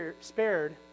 spared